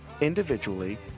individually